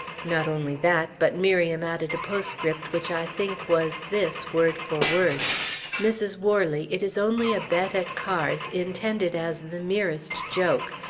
not only that, but miriam added a postscript which i think was this, word for word mrs. worley, it is only a bet at cards, intended as the merest joke.